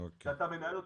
שאתה מנהל אותה,